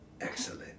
Excellent